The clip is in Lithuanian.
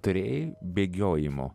turėjai bėgiojimo